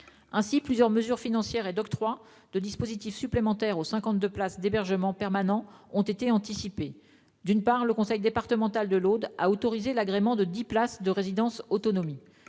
Ainsi, plusieurs mesures financières et d'octroi de dispositifs supplémentaires aux 52 places d'hébergement permanent ont été anticipées. D'une part, le conseil départemental de l'Aude a autorisé l'agrément de 10 places de résidence autonomie.